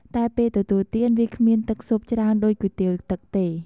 តែពេលទទួលទាន វាគ្មានទឹកស៊ុបច្រើនដូចគុយទាវទឹកទេ។